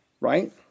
right